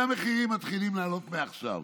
והמחירים מתחילים לעלות מעכשיו.